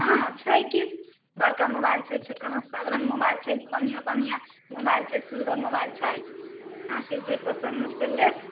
हँ छै की बड़का मोबाइल छै छोटका सभ रङ्ग मोबाइल छै बढ़िआँ बढ़िआँ मोबाइल छै सुन्दर मोबाइल छै अहाँके जे पसन्द हए से लेब